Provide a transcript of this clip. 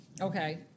okay